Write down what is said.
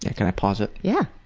ah can i pause it? yeah.